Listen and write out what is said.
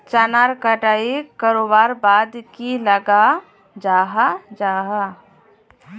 चनार कटाई करवार बाद की लगा जाहा जाहा?